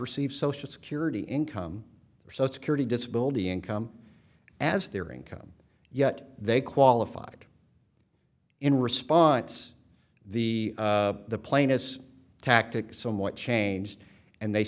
received social security income or so security disability income as their income yet they qualified in response the plane as a tactic somewhat changed and they